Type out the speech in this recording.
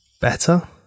better